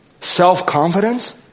Self-confidence